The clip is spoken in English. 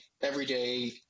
everyday